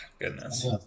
Goodness